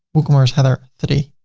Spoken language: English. woocommerce, header three.